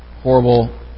horrible